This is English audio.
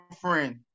friend